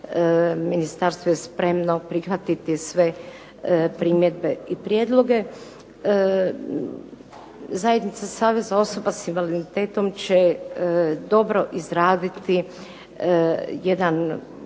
ministarstvo je spremno prihvatiti sve primjedbe i prijedloge. Zajednica saveza osoba s invaliditetom će dobro izraditi jedan